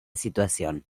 situación